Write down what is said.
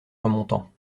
remontant